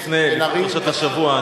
לפני פרשת השבוע,